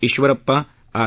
Eshwarappa R